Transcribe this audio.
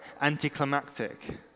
anticlimactic